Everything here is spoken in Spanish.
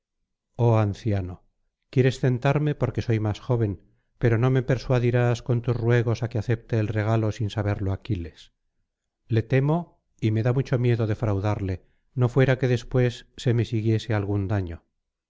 oh anciano quieres tentarme porque soy más joven pero no me persuadirás con tus ruegos á que acepte el regalo sin saberlo aquiles le temo y me da mucho miedo defraudarle no fuera que después se me siguiese algún daño